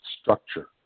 structure